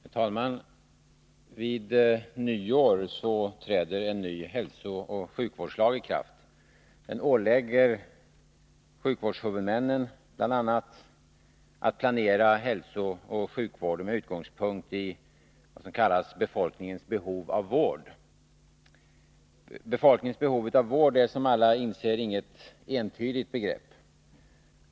Herr talman! Vid nyår träder en ny hälsooch sjukvårdslag i kraft. Den 14 december 1982 åläggerbl.a. sjukvårdshuvudmännen att planera hälsooch sjukvården med ”Befolkningens behov av vård” är som alla inser inget entydigt begrepp.